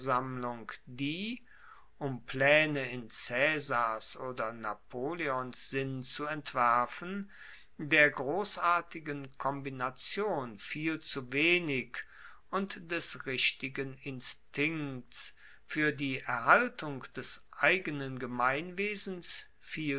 um plaene in caesars oder napoleons sinn zu entwerfen der grossartigen kombination viel zu wenig und des richtigen instinkts fuer die erhaltung des eigenen gemeinwesens